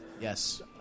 Yes